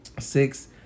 Six